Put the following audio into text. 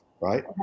right